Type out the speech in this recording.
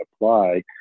apply